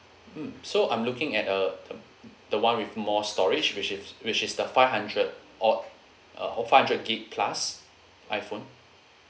mm so I'm looking at uh the the [one] with more storage which is which is the five hundred or uh a five hundred gig plus iphone